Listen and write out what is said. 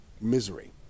misery